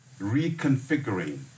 reconfiguring